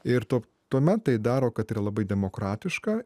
ir tu tuomet tai daro kad yra labai demokratiška